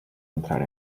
entrar